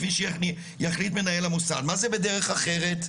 כפי שיחליט מנהל המוסד מה זה בדרך אחרת?